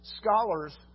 Scholars